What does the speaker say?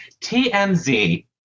TMZ